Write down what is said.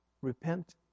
Repent